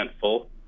full